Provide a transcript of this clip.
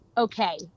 okay